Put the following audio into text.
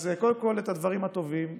אז קודם כול את הדברים הטובים.